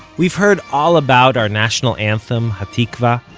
we've heard all about our national anthem, hatikvah,